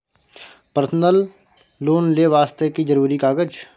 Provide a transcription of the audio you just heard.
Personal loan ले वास्ते की जरुरी कागज?